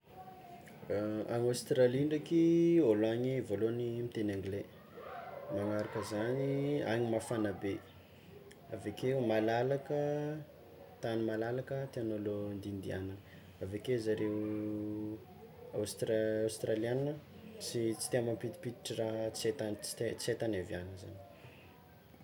Any Aostralia ndraiky, olo any voalohany miteny angle, magnaraka zany any mafana be, avekeo malalaka, tany malalaka tiàgn'olo andindianana, aveke zareo aostraliana tsy tià mampidimpiditra raha tsy hay tany tsy te- tsy hay hiaviagna zany.